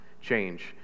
change